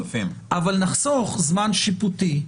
אבל נחסוך זמן שיפוטי,